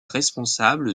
responsable